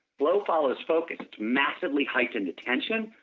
flow follows focused massively heightened attention,